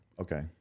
Okay